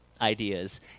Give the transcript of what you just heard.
ideas